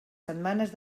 setmanes